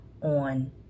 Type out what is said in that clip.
on